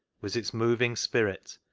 was its moving spirit,